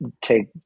take